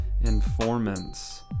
Informants